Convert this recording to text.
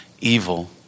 evil